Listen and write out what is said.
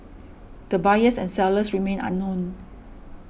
the buyers and sellers remain unknown